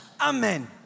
Amen